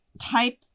type